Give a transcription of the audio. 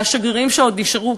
לשגרירים שעוד נשארו,